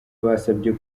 basabye